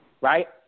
Right